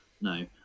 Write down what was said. No